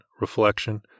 reflection